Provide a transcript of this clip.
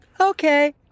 Okay